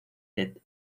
ted